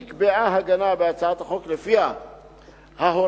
נקבעה הגנה בהצעת החוק שלפיה ההוראות